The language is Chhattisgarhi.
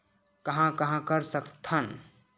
कहां कहां कर सकथन?